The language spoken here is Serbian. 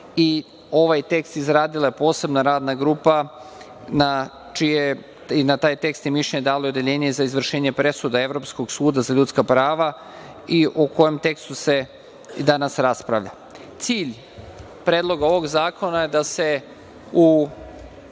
i ovaj tekst izradila je posebna Radna grupa i na taj tekst i mišljenje dalo je i Odeljenje za izvršenje presude Evropskog suda za ljudska prava i o kojem tekstu se i danas raspravlja. Cilj Predloga ovog zakona je da se u